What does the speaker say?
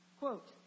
quote